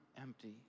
empty